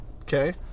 Okay